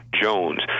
Jones